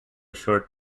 short